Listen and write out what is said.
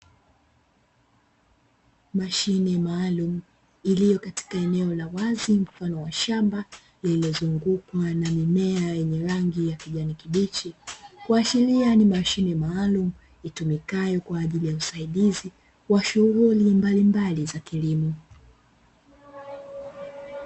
Mashine maalumu iliyo katika eneo la wazi mfano wa shamba lililozungukwa na mimea yenye rangi ya kijani kibichi, kuashiria ni mashine maalumu itumikayo kwaajili ya usaidizi wa shughuli mbali mbali za kilimo.